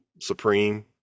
supreme